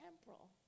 temporal